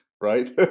Right